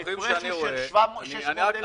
ההפרש הוא של 400,000 שקל.